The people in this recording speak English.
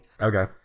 okay